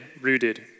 rooted